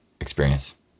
experience